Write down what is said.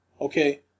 Okay